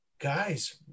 guys